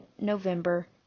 November